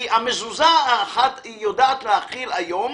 כי המזוזה האחת יודעת להחיל היום